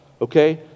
Okay